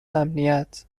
امنیت